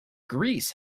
greece